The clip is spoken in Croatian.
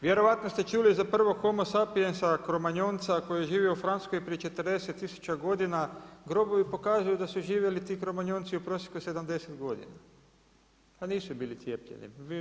Vjerovatno ste čuli za prvog homo sapiensa, kromanjonca koji je živio u Francuskoj prije 40 tisuća godina, grobovi pokazuju da su živjeli ti kromanjonci u prosjeku 70 godina. da nisu bili cijepljeni.